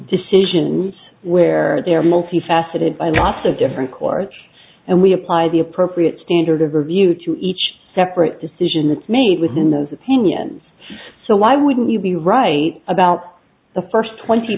decisions where there multifaceted and also different courts and we apply the appropriate standard of review to each separate decision that's made within those opinions so why wouldn't you be right about the first twenty